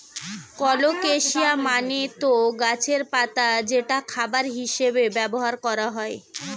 colocasia মানে তো গাছের পাতা যেটা খাবার হিসেবে ব্যবহার করা হয়